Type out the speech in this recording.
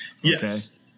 Yes